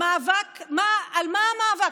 על מה המאבק?